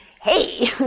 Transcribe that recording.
hey